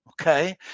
Okay